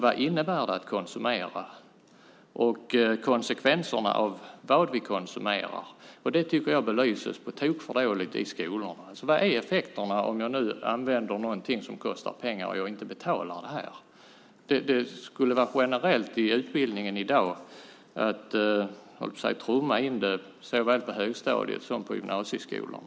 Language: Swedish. Vad innebär det att konsumera? Och vad är konsekvenserna av det vi konsumerar? Det tycker jag belyses på tok för dåligt i skolorna. Vad blir effekterna om jag nu använder någonting som kostar pengar och jag inte betalar för det? Jag tycker att man i dag, generellt i utbildningen, borde trumma in det såväl på högstadiet som på gymnasieskolorna.